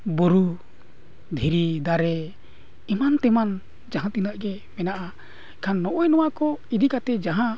ᱵᱩᱨᱩ ᱫᱷᱤᱨᱤ ᱫᱟᱨᱮ ᱮᱢᱟᱱ ᱛᱮᱢᱟᱱ ᱡᱟᱦᱟᱸ ᱛᱤᱱᱟᱹᱜ ᱜᱮ ᱢᱮᱱᱟᱜᱼᱟ ᱠᱷᱟᱱ ᱱᱚᱜᱼᱚᱭ ᱱᱚᱣᱟ ᱠᱚ ᱤᱫᱤ ᱠᱟᱛᱮᱫ ᱡᱟᱦᱟᱸ